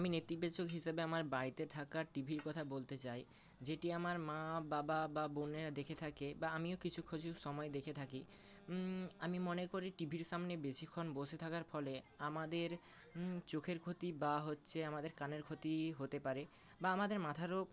আমি নেতিবেচক হিসাবে আমার বাড়িতে থাকা টি ভির কথা বলতে চাই যেটি আমার মা বাবা বা বোনেরা দেখে থাকে বা আমিও কিছু খচু সময়ে দেখে থাকি আমি মনে করি টি ভির সামনে বেশিক্ষণ বসে থাকার ফলে আমাদের চোখের ক্ষতি বা হচ্ছে আমাদের কানের ক্ষতি হতে পারে বা আমাদের মাথারও